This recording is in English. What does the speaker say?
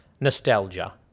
Nostalgia